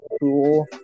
cool